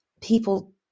people